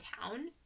town